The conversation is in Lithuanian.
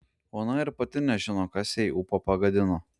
ona ir pati nežino kas jai ūpą pagadino